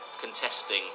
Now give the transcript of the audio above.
contesting